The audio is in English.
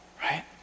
Right